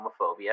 homophobia